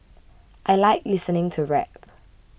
I like listening to rap